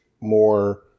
more